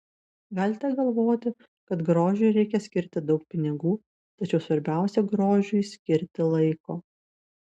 galite galvoti kad grožiui reikia skirti daug pinigų tačiau svarbiausia grožiui skirti laiko